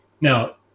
Now